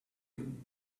you